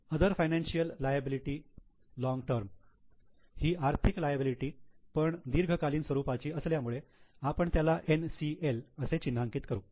other financial liability long term ही आर्थिक liability पण दीर्घकालीन स्वरूपाची असल्यामुळे आपण त्याला 'NCL' असे चिन्हांकित करू